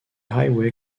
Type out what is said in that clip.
highway